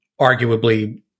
arguably